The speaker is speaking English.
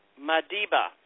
Madiba